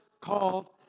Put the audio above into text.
called